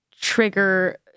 trigger